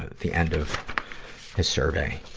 the end of his survey.